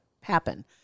happen